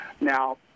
Now